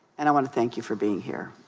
and um and thank you for being here